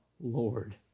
Lord